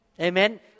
Amen